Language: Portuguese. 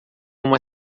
uma